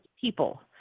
people